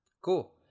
cool